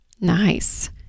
Nice